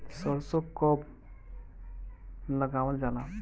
सरसो कब लगावल जाला?